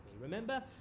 remember